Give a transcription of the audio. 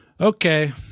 Okay